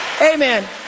Amen